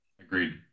Agreed